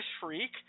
freak